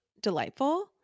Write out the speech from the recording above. delightful